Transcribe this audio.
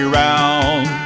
round